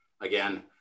Again